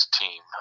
team